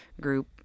group